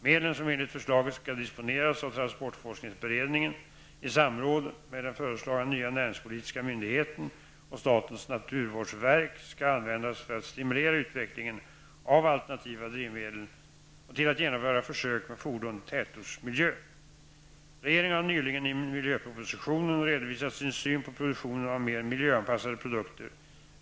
Medlen, som enligt förslaget skall disponeras av transportforskningsberedningen i samråd med den föreslagna nya näringspolitiska myndigheten och statens naturvårdsverk, skall användas för att stimulera utvecklingen av alternativa drivmedel och till att genomföra försök med fordon i tätortsmiljö. Regeringen har nyligen i miljöpropositionen redovisat sin syn på produktion av mer miljöanpassade produkter.